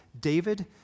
David